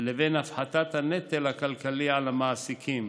ובין הפחתת הנטל הכלכלי על המעסיקים,